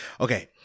Okay